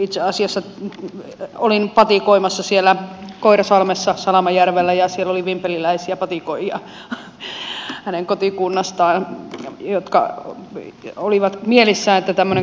itse asiassa olin patikoimassa siellä koirasalmessa salamajärvellä ja siellä oli vimpeliläisiä patikoijia hänen kotikunnastaan jotka olivat mielissään että tämmöinen kansallispuisto on